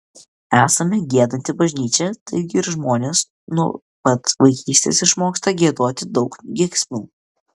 esame giedanti bažnyčia taigi ir žmonės nuo pat vaikystės išmoksta giedoti daug giesmių